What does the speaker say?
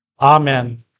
Amen